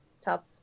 top